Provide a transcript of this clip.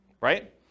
Right